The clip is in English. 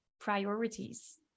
priorities